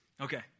Okay